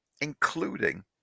including